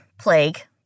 plague